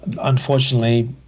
unfortunately